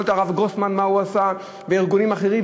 את הרב גרוסמן מה הוא עשה וארגונים אחרים,